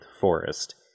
forest